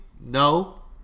no